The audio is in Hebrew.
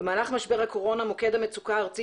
במהלך משבר הקורונה מוקד המצוקה הארצי